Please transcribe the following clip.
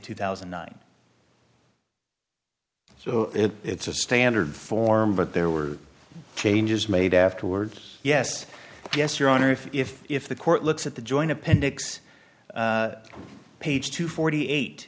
two thousand and nine so it's a standard form but there were changes made afterwards yes yes your honor if if if the court looks at the joint appendix page two forty eight